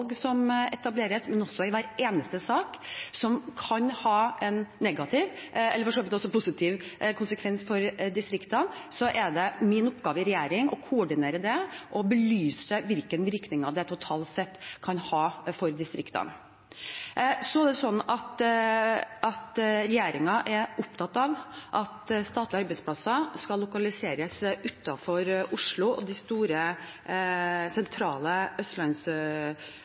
som etableres, og også i hver eneste sak som kan ha en negativ – eller for så vidt også positiv – konsekvens for distriktene, er det min oppgave i regjeringen å koordinere det og belyse hvilke virkninger det totalt sett kan ha for distriktene. Regjeringen er opptatt av at statlige arbeidsplasser skal lokaliseres utenfor Oslo og de store, sentrale